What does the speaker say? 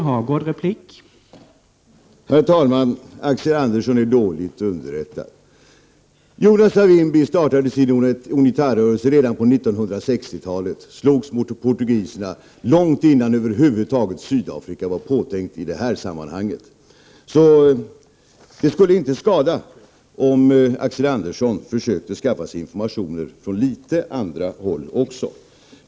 Herr talman! Axel Andersson är dåligt underrättad. Jonas Savimbi startade sin Unitarörelse redan på 1960-talet och slogs mot portugiserna långt innan Sydafrika över huvud taget var påtänkt i detta sammanhang. Det skulle därför inte skada om Axel Andersson försökte skaffa sig informationer från några andra håll också.